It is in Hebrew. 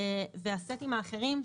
והסטים האחרים,